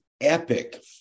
epic